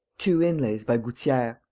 two inlays by gouttieres.